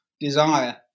desire